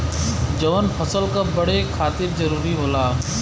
जवन फसल क बड़े खातिर जरूरी होला